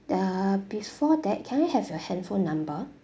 the before that can I have your handphone number